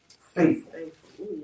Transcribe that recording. Faithful